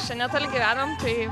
šiandien gyvenam tai